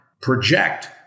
project